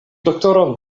doktoron